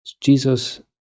Jesus